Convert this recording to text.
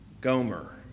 Gomer